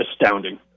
astounding